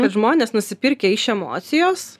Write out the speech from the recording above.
kad žmonės nusipirkę iš emocijos